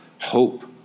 hope